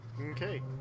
Okay